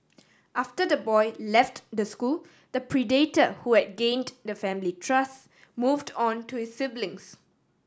after the boy left the school the predator who had gained the family trust moved on to his siblings